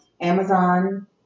Amazon